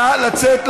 נא לצאת.